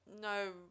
no